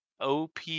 OP